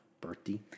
Birthday